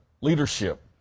leadership